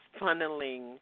funneling